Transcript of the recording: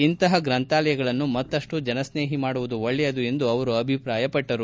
ಇಂತಹ ಗ್ರಂಥಾಲಯಗಳನ್ನು ಮತ್ತಪ್ಪು ಜನಸ್ನೇಹಿ ಮಾಡುವುದು ಒಳ್ಳೆಯದು ಎಂದು ಅಭಿಪ್ರಾಯಪಟ್ಟರು